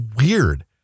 weird